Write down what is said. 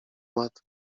matt